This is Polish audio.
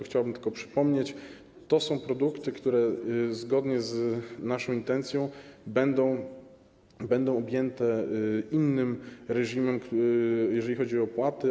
Chciałbym tylko przypomnieć, że to są produkty, które zgodnie z naszą intencją będą objęte innym reżimem, jeżeli chodzi o opłaty.